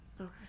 Okay